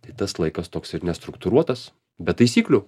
tai tas laikas toks ir nestruktūruotas be taisyklių